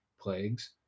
plagues